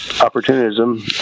opportunism